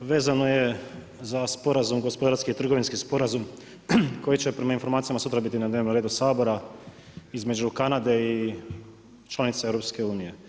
Vezano je za sporazum, gospodarski i trgovinski sporazum koji će prema informacijama sutra biti na dnevnom redu Sabora između Kanade i članica EU.